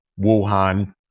Wuhan